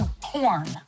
porn